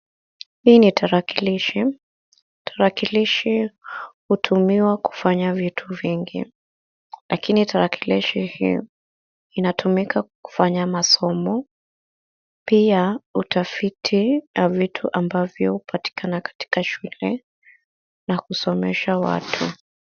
Hii ni tarakilishi. Tarakilishi hutumiwa kufanya vitu vingi lakini tarakilishi hii inatumika kufanya masomo. Pia utafiti na vitu ambavyo hupatikana katika shule na kusomesha watu.